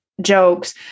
jokes